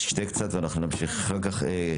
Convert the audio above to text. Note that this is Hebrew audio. שתה קצת ואנחנו נמשיך אחר כך.